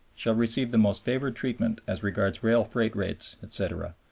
shall receive the most favored treatment as regards rail freight rates, etc,